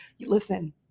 listen